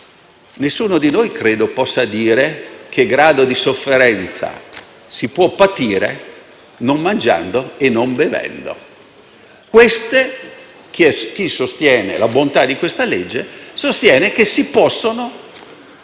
Nessuno di noi, credo, possa dire che grado di sofferenza si può patire non mangiando e non bevendo. Chi sostiene la bontà di questo disegno di legge, sostiene che si possano